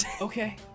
Okay